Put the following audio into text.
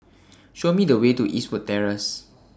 Show Me The Way to Eastwood Terrace